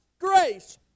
grace